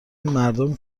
مردم